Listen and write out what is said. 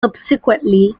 subsequently